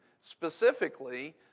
Specifically